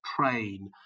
train